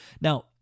Now